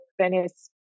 Venice